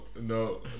no